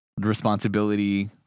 responsibility